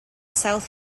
south